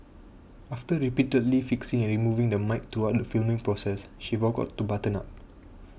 after repeatedly fixing and removing the mic throughout the filming process she forgot to button up